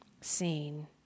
seen